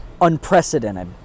Unprecedented